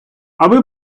аби